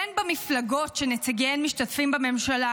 בין במפלגות שנציגיהן משתתפים בממשלה